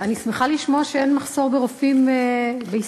אני שמחה לשמוע שאין מחסור ברופאים בישראל,